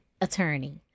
attorney